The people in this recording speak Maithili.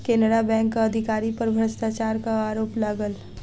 केनरा बैंकक अधिकारी पर भ्रष्टाचारक आरोप लागल